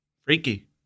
Freaky